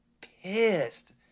pissed